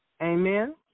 Amen